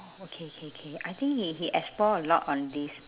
ah okay okay okay I think he he explore a lot on this